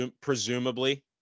Presumably